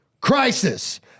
crisis